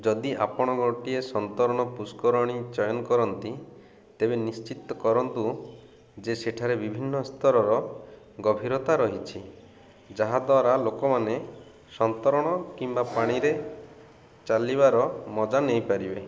ଯଦି ଆପଣ ଗୋଟିଏ ସନ୍ତରଣ ପୁଷ୍କରିଣୀ ଚୟନ କରନ୍ତି ତେବେ ନିଶ୍ଚିତ କରନ୍ତୁ ଯେ ସେଠାରେ ବିଭିନ୍ନ ସ୍ତରର ଗଭୀରତା ରହିଛି ଯାହାଦ୍ୱାରା ଲୋକମାନେ ସନ୍ତରଣ କିମ୍ବା ପାଣିରେ ଚାଲିବାର ମଜା ନେଇପାରିବେ